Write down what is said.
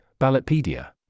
Ballotpedia